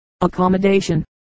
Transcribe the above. Accommodation